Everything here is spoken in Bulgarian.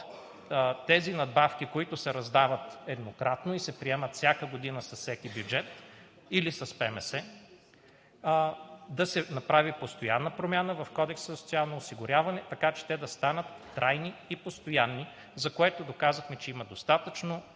тези надбавки, които се раздават еднократно и се приемат всяка година с всеки бюджет или с ПМС, да се направи постоянна промяна в Кодекса за социално осигуряване, така че те да станат трайни и постоянни, за което доказахме, че има достатъчно